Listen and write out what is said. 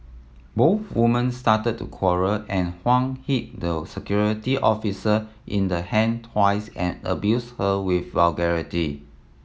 both women started to quarrel and Huang hit the security officer in the hand twice and abused her with vulgarity